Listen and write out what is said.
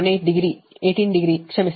18 degree 18 degree ಕ್ಷಮಿಸಿ 0